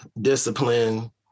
discipline